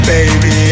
Baby